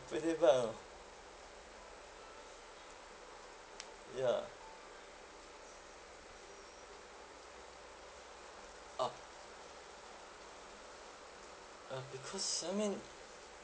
pretty bad orh ya ah uh because I mean